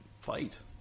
Fight